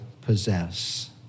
possess